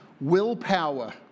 Willpower